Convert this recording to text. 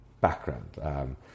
background